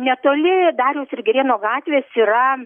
netoli dariaus ir girėno gatvės yra